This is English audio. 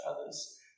others